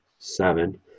seven